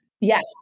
Yes